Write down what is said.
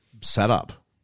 setup